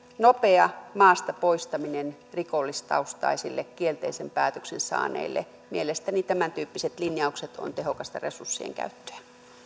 nopea maasta poistaminen rikollistaustaisille kielteisen päätöksen saaneille mielestäni tämäntyyppiset linjaukset ovat tehokasta resurssien käyttöä